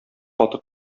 каты